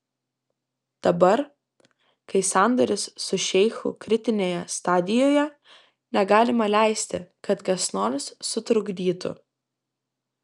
dabar kai sandoris su šeichu kritinėje stadijoje negalima leisti kad kas nors sutrukdytų